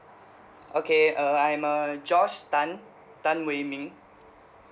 okay uh I'm uh george tan tan wei ming